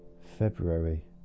February